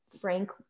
Frank